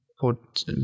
Put